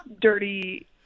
dirty